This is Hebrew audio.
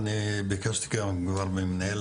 ואני ביקשתי גם כבר ממנהל